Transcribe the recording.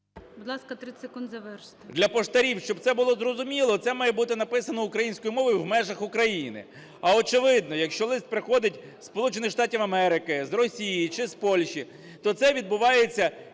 для поштарів, щоб це було зрозуміло, це має бути написано українською мовою в межах України. А очевидно, якщо лист приходить із Сполучених Штатів Америки, з Росії чи з Польщі, то це відбувається